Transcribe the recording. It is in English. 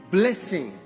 blessing